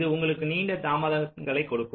இது உங்களுக்கு நீண்ட தாமதங்களை கொடுக்கும்